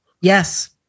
Yes